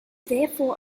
therefore